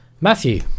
matthew